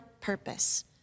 purpose—